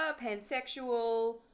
pansexual